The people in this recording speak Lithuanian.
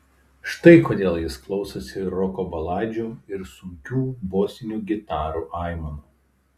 štai kodėl jis klausosi roko baladžių ir sunkių bosinių gitarų aimanų